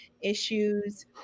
issues